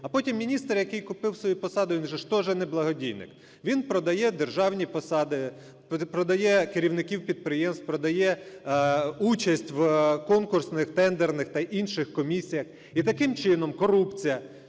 А потім міністр, який купив собі посаду – він же ж тоже не благодійник, він продає державні посади, продає керівників підприємств, продає участь в конкурсних, тендерних та інших комісіях. І таким чином корупція